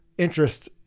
Interest